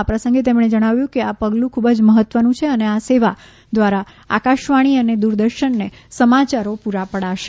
આ પ્રસંગે તેમણે જણાવ્યું હતું કે આ પગલું ખૂબ જ મહત્વનું છે અને આ સેવા દ્વારા આકાશવાણી અને દૂરદર્શનને સમાયારો પૂરા પડાશે